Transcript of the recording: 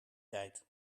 tijd